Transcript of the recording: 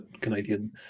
Canadian